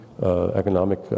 economic